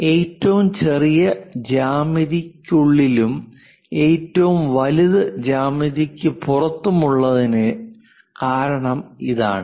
അതിനാൽ ഏറ്റവും ചെറിയത് ജ്യാമിതിക്കുള്ളിലും ഏറ്റവും വലുത് ജ്യാമിതിക്ക് പുറത്തുമുള്ളതിന്റെ കാരണം ഇതാണ്